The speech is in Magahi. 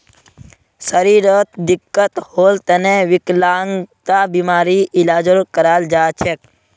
शरीरत दिक्कत होल तने विकलांगता बीमार इलाजो कराल जा छेक